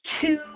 two